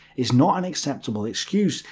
is not an acceptable excuse,